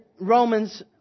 Romans